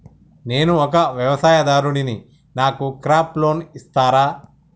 నేను ఒక వ్యవసాయదారుడిని నాకు క్రాప్ లోన్ ఇస్తారా?